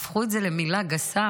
הפכו את זה למילה גסה,